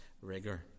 rigor